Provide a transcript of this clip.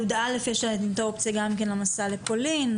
י"א יש להם את האופציה גם כן למסע לפולין.